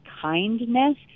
kindness